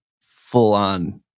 full-on